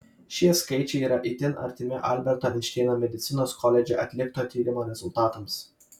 šie skaičiai yra itin artimi alberto einšteino medicinos koledže atlikto tyrimo rezultatams